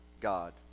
God